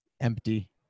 empty